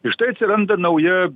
ir štai atsiranda nauja